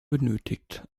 benötigt